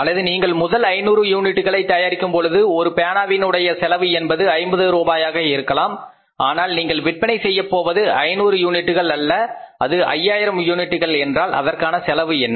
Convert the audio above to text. அல்லது நீங்கள் முதல் 500 யூனிட்டுகளை தயாரிக்கும் பொழுது ஒரு பேனாவினுடைய செலவு என்பது 50 ரூபாயாக இருக்கலாம் ஆனால் நீங்கள் விற்பனை செய்யப் போவது 500 யூனிட்டுகள் அல்ல அது 5000 யூனிட்டுகள் என்றால் அதற்கான செலவு என்ன